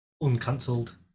uncancelled